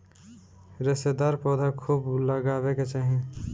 रेशेदार पौधा खूब लगावे के चाही